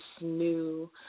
new